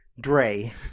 Dre